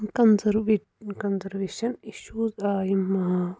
conserve conservation issues آ یِم